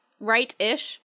right-ish